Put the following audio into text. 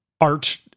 art